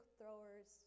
throwers